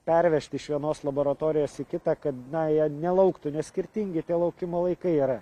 pervežti iš vienos laboratorijos į kitą kad na jie nelauktų nes skirtingi tie laukimo laikai yra